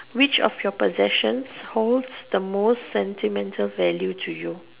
which of your possession holds the most sentimental value to you